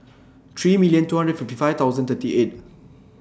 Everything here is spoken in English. three million two hundred and fifty five thousand thirty eight